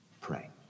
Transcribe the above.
pray